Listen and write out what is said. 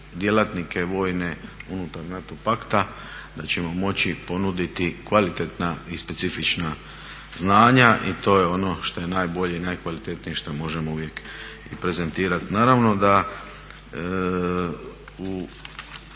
djelatnike vojne unutar NATO pakta, da ćemo moći ponuditi kvalitetna i specifična znanja i to je ono što je najbolje i najkvalitetnije što možemo uvijek i prezentirat. Naravno da